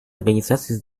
организацией